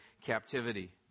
captivity